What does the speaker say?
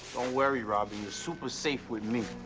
worry, robbyn. you're super safe with me.